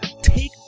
take